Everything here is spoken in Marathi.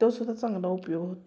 तोसुद्धा चांगला उपयोग होतो